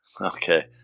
Okay